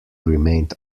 remained